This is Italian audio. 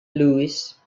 louis